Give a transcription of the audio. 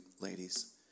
ladies